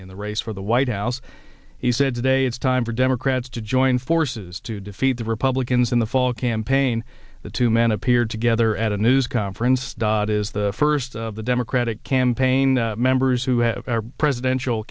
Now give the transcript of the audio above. in the race for the white house he said today it's time for democrats to join forces to defeat the republicans in the fall campaign the two men appeared together at a news conference dodd is the first of the democratic campaign members who have presidential